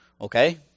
okay